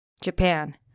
Japan